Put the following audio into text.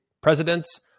presidents